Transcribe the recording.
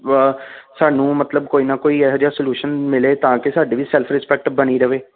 ਸਾਨੂੰ ਮਤਲਬ ਕੋਈ ਨਾ ਕੋਈ ਇਹੋ ਜਿਹਾ ਸਲਿਊਸ਼ਨ ਮਿਲੇ ਤਾਂ ਕਿ ਸਾਡੀ ਵੀ ਸੈਲਫ ਰਿਸਪੈਕਟ ਬਣੀ ਰਹੇ